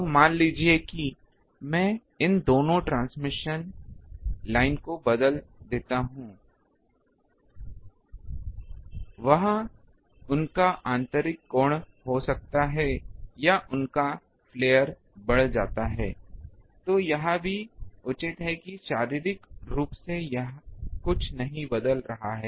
अब मान लीजिए कि मैं इन दोनों ट्रांसमिशन लाइन को बदल देता हूं बह उनका आंतरिक कोण हो सकता है या उनका फ्लेअर बढ़ जाता है तो यह भी उचित है कि शारीरिक रूप से कुछ भी नहीं बदल रहा है